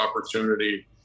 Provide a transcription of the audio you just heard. opportunity